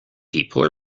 people